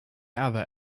other